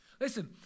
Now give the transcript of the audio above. Listen